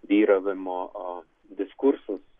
vyravimo diskursus